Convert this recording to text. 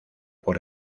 por